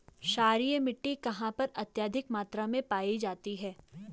क्षारीय मिट्टी कहां पर अत्यधिक मात्रा में पाई जाती है?